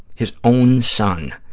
his own son,